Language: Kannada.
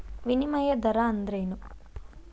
ವಿನಿಮಯ ದರ ಅಂದ್ರೇನು?